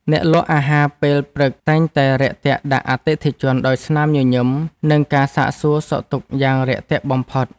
អ្នកលក់អាហារពេលព្រឹកតែងតែរាក់ទាក់ដាក់អតិថិជនដោយស្នាមញញឹម និងការសាកសួរសុខទុក្ខយ៉ាងរាក់ទាក់បំផុត។